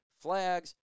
Flags